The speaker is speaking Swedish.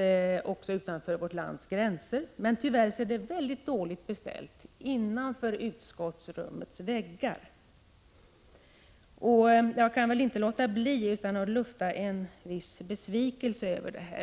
även utanför vårt lands gränser, men tyvärr är det i det avseendet väldigt dåligt beställt innanför utskottsrummets väggar. Jag kan inte underlåta att lufta en viss besvikelse över det.